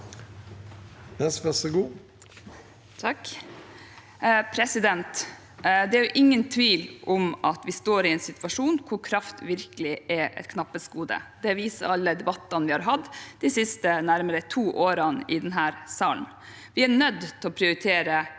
leder): Det er ingen tvil om at vi står i en situasjon hvor kraft virkelig er et knapphetsgode. Det viser alle debattene vi har hatt de siste nærmere to årene i denne salen. Vi er nødt til å prioritere